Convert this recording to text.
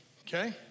okay